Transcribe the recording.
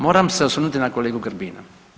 Moram se osvrnuti na kolegu Grbina.